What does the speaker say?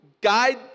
guide